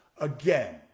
Again